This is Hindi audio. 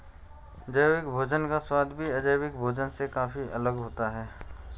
जैविक भोजन का स्वाद भी अजैविक भोजन से काफी अलग होता है